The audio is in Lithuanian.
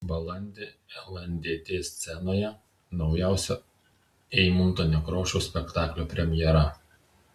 balandį lndt scenoje naujausio eimunto nekrošiaus spektaklio premjera